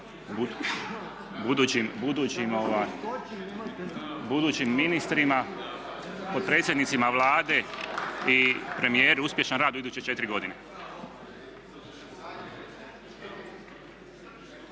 budućim ministrima, potpredsjednicima Vlade i premijeru uspješan rad u iduće 4 godine.